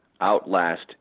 outlast